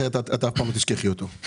אחרת את אף פעם לא תשכחי אותו.